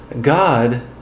God